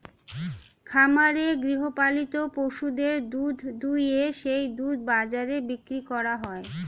খামারে গৃহপালিত পশুদের দুধ দুইয়ে সেই দুধ বাজারে বিক্রি করা হয়